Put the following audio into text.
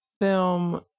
film